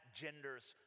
gender's